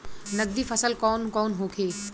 नकदी फसल कौन कौनहोखे?